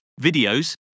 videos